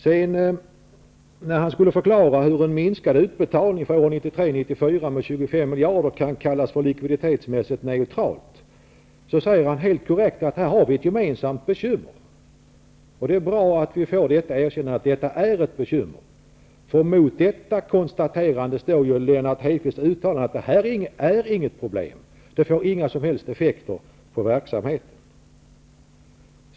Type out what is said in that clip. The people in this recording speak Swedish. När Olle Schmidt skall förklara hur en minskning av utbetalningen för 1993/94 med 25 miljarder kan kallas likviditetsmässigt neutral säger han helt korrekt att detta är ett gemensamt bekymmer. Det är bra att vi får ett erkännande av att detta är ett bekymmer. Mot detta konstaterande står Lennart Hedquists uttalande att det här inte är något problem, att det inte får några som helst effekter på verksamheten.